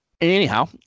Anyhow